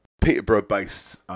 Peterborough-based